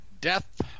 Death